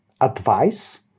advice